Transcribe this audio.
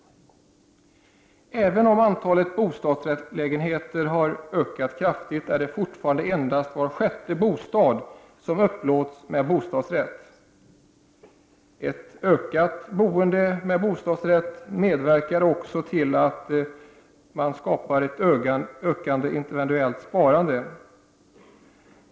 ; Även om antalet bostadsrättslägenheter har ökat kraftigt är det fortfa | rande endast var sjätte bostad som upplåts med bostadsrätt. Ett ökat boende med bostadsrätt medverkar också till ett ökat individuellt sparande.